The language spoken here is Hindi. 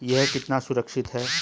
यह कितना सुरक्षित है?